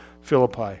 Philippi